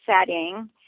setting